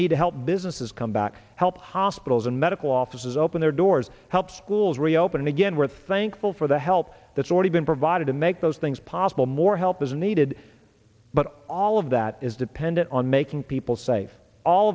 need to help businesses come back help hospitals and medical offices open their doors help schools reopen again we're thankful for the help that's already been provided to make those things possible more help is needed but all of that is dependent on making people safe all